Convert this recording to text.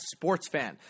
sportsfan